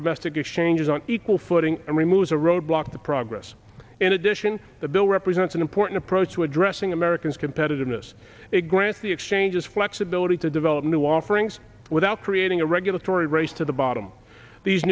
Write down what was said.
domestic exchanges on equal footing and removes a roadblock to progress in addition the bill represents an important approach to addressing americans competitiveness it grants the exchanges flexibility to develop new offerings without creating a regulatory race to the bottom these